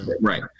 right